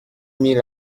mille